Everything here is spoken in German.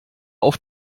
auf